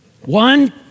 One